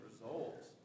results